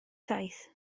taith